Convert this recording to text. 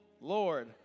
Lord